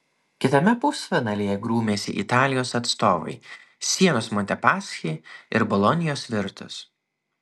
kitame pusfinalyje grūmėsi italijos atstovai sienos montepaschi ir bolonijos virtus